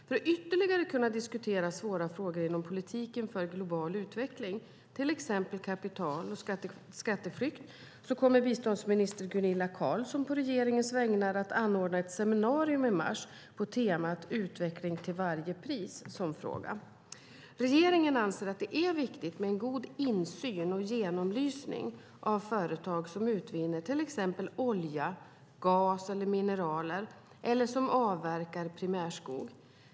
För att ytterligare kunna diskutera svåra frågor inom politiken för global utveckling - till exempel kapital och skatteflykt - kommer biståndsminister Gunilla Carlsson på regeringens vägnar att anordna ett seminarium i mars på temat "Utveckling till varje pris?". Regeringen anser att det är viktigt med en god insyn i och genomlysning av företag som utvinner till exempel olja, gas och mineraler eller som avverkar primärskog.